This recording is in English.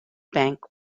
bank